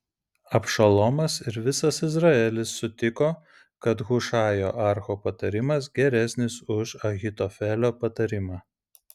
abšalomas ir visas izraelis sutiko kad hušajo archo patarimas geresnis už ahitofelio patarimą